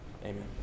Amen